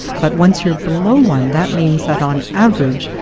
but once you're below one, that means that, on average,